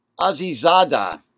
Azizada